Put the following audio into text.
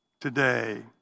today